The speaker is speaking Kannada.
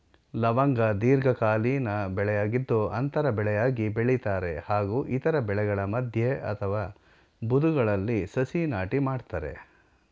ಲವಂಗ ದೀರ್ಘಕಾಲೀನ ಬೆಳೆಯಾಗಿದ್ದು ಅಂತರ ಬೆಳೆಯಾಗಿ ಬೆಳಿತಾರೆ ಹಾಗೂ ಇತರ ಬೆಳೆಗಳ ಮಧ್ಯೆ ಅಥವಾ ಬದುಗಳಲ್ಲಿ ಸಸಿ ನಾಟಿ ಮಾಡ್ತರೆ